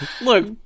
Look